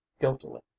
guiltily